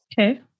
Okay